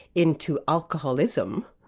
into alcoholism,